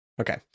okay